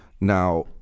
Now